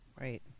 right